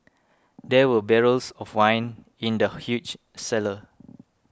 there were barrels of wine in the huge cellar